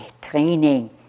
training